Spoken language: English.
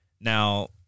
Now